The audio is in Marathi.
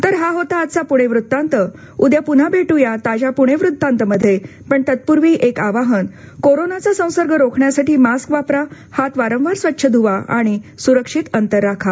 तर हा होता आजचा पूणे वृत्तांत उद्या पून्हा भेटू ताज्या पूणे वृत्तांत मध्ये पण तत्पूर्वी एक आवाहन कोरोनाचा संसर्ग रोखण्यासाठी मास्क वापरा हात वारंवार स्वच्छ ध्वा आणि सुरक्षित अंतर राखा